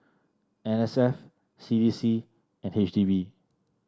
N S F C D C and H D B